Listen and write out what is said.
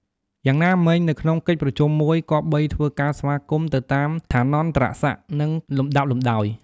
យ៉ាងណាមិញ នៅក្នុងកិច្ចប្រជុំមួយ គប្បីធ្វើការស្វាគមន៍ទៅតាមឋានន្តរសក្តិ និងលំដាប់លំដោយ។